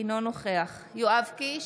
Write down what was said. אינו נוכח יואב קיש,